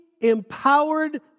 empowered